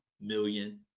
million